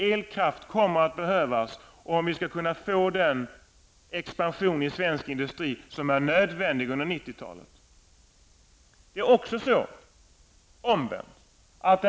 Elkraft kommer att behövas om vi skall kunna få den expansion i svensk industri som är nödvändig under 1990-talet.